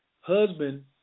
husband